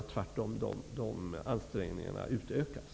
Tvärtom skall dessa ansträngningar utökas.